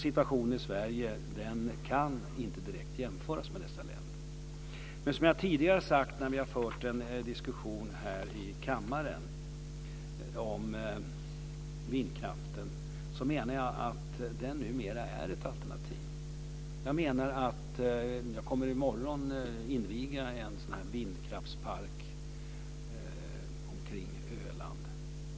Situationen i Sverige kan inte direkt jämföras med situationen i dessa länder. Men som jag tidigare har sagt när vi har fört diskussioner om vindkraften här i kammaren är den numera ett alternativ. Jag kommer i morgon att inviga en vindkraftspark på Öland.